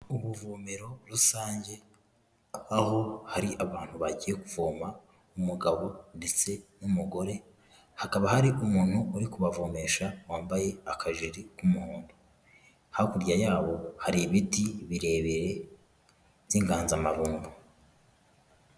Ubuvomero rusange aho hari abantu bagiye kuvoma, umugabo ndetse n'umugore, hakaba hari umuntu uri kubavomesha wambaye akajiri k'umuhondo, hakurya yabo hari ibiti birebire by'inganzamarumbo.